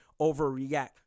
overreact